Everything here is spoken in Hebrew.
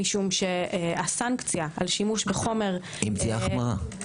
כי הסנקציה על שימוש בחומר- - אם תהיה החמרה.